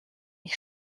ich